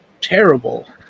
terrible